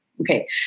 okay